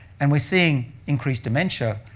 and we're seeing increased dementia.